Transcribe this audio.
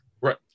right